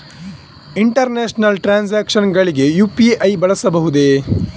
International transactions ಗಳಿಗೆ UPI ಬಳಸಬಹುದೇ?